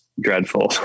dreadful